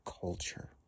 culture